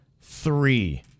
three